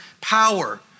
power